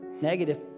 negative